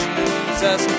Jesus